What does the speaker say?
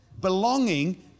Belonging